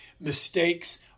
mistakes